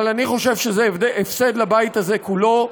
אבל אני חושב שזה הפסד לבית הזה כולו,